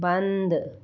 बंद